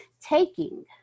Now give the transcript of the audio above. taking